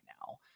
now